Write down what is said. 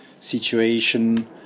situation